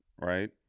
right